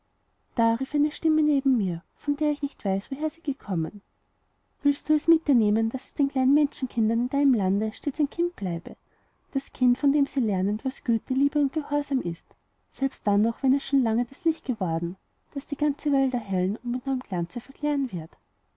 da rief eine stimme neben mir von der ich nicht weiß woher sie gekommen willst du es mit dir nehmen daß es den kleinen menschenkindern in deinem lande stets ein kind bleibe das kind von dem sie lernen was güte liebe und gehorsam ist selbst dann noch wenn es schon lange das licht geworden das die ganze welt erhellen und mit neuem glanze verklären wird